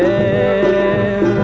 a